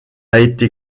été